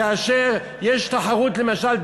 כאשר יש תחרות למשל,